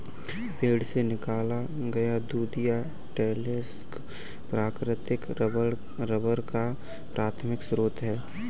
पेड़ से निकाला गया दूधिया लेटेक्स प्राकृतिक रबर का प्राथमिक स्रोत है